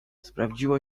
sprawdziło